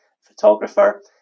photographer